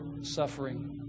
suffering